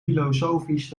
filosofisch